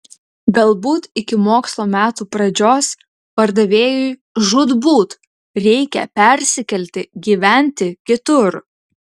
galbūt iki mokslo metų pradžios pardavėjui žūtbūt reikia persikelti gyventi kitur